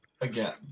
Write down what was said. Again